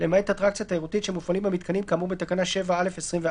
למעט אטרקציה תיירותית שמופעלים בה מיתקנים כאמור בתקנה 7(א)(24)(ב)."